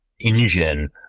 engine